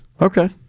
Okay